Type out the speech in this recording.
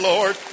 Lord